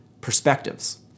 perspectives